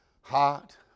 Hot